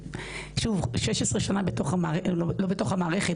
16 שנה בתוך המערכת - לא בתוך המערכת,